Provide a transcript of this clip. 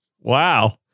wow